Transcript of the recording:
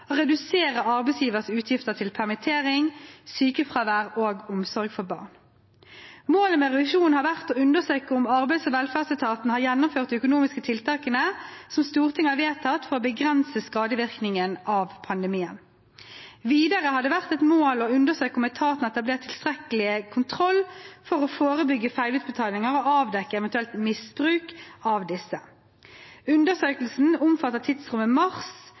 redusere arbeidsgiveres utgifter til permittering, sykefravær og omsorg for barn. Målet med revisjonen har vært å undersøke om arbeids- og velferdsetaten har gjennomført de økonomiske tiltakene som Stortinget har vedtatt, for å begrense skadevirkningene av pandemien. Videre har det vært et mål å undersøke om etaten har etablert tilstrekkelig kontroll for å forebygge feilutbetalinger og avdekke eventuelt misbruk av disse. Undersøkelsen omfatter tidsrommet mars